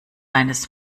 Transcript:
eines